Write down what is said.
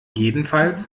jedenfalls